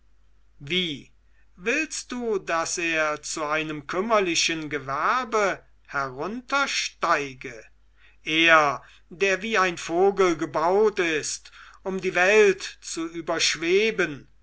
willst du daß er zu einem kümmerlichen gewerbe heruntersteige er der wie ein vogel gebaut ist um die welt zu überschweben